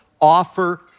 offer